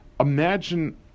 imagine